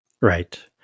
right